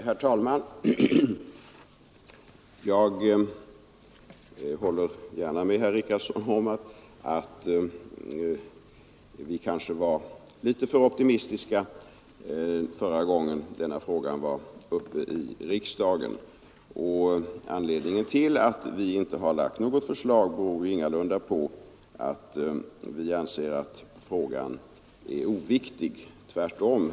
Herr talman! Jag håller gärna med herr Richardson om att vi kanske var litet för optimistiska förra gången denna fråga var uppe i riksdagen. Anledningen till att vi inte har framlagt något förslag är ingalunda att vi anser att frågan är oviktig. Tvärtom.